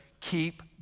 Keep